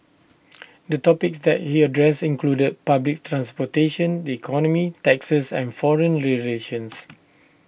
the topics that he addressed included public transportation the economy taxes and foreign relations